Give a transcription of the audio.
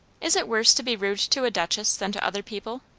is it worse to be rude to a duchess than to other people?